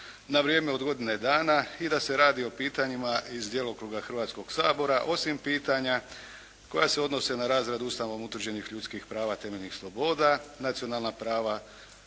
na vrijeme od godine dana i da se radi o pitanjima iz djelokruga Hrvatskog sabora osim pitanja koja se odnose na razradu ustavom utvrđenih ljudskih prava, temeljnih sloboda, nacionalna prava,